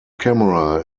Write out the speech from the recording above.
camera